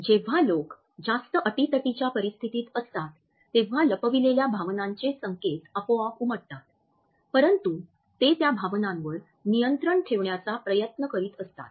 जेव्हा लोक जास्त अटीतटीच्या परिस्थितीत असतात तेव्हा लपविलेल्या भावनांचे संकेत आपोआप उमटतात परंतु ते त्या भावनांवर नियंत्रण ठेवण्याचा प्रयत्न करीत असतात